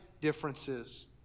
differences